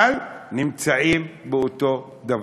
אבל נמצאים באותו הדבר.